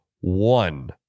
one